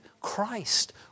Christ